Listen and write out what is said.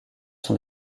sont